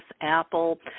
Apple